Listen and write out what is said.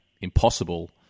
impossible